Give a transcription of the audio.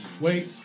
Wait